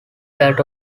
that